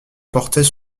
portait